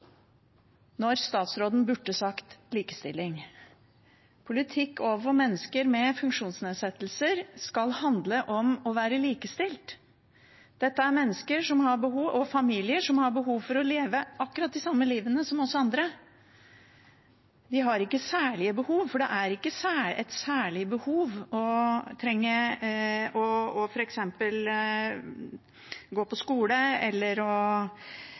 når statsråden burde sagt likestilling. Politikk overfor mennesker med funksjonsnedsettelser skal handle om å være likestilt. Dette er mennesker og familier som har behov for å leve akkurat det samme livet som oss andre. De har ikke særlige behov, for det er ikke et særlig behov f.eks. å gå på skole, å få på seg klær, å spise eller å